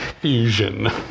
fusion